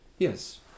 Yes